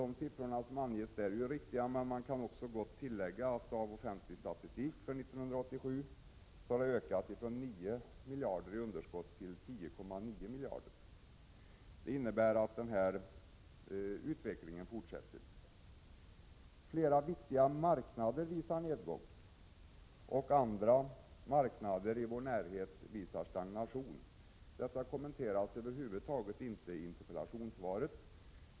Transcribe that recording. De siffrorna som anges i svaret är riktiga, men man kan gott tillägga att underskottet enligt offentlig statistik från 1987 ökade från 9 miljarder 10,9 miljarder. Det innebär att den negativa utvecklingen fortsätter. Flera viktiga marknader visar en nedgång, och andra marknader i vår närhet visar stagnation. Detta kommenteras över huvud taget inte i interpellationssvaret.